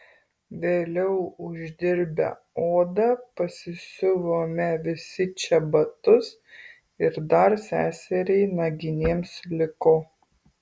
vėliau išdirbę odą pasisiuvome visi čebatus ir dar seseriai naginėms liko